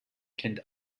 kennt